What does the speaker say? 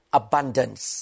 abundance